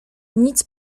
nic